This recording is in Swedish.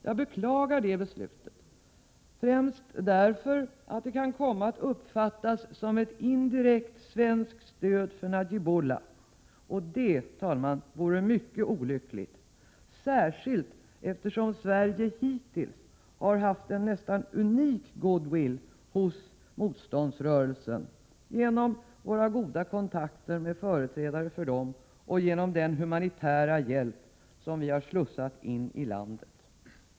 Jag beklagar det beslutet, främst därför att det kan komma att uppfattas som ett indirekt svenskt stöd för Najibullah — och det, herr talman, vore mycket olyckligt, särskilt eftersom Sverige hittills har haft en nästan unik goodwill hos motståndsrörelsen genom våra goda kontakter med företrädare för den och genom den humanitära hjälp som vi har slussat in i landet.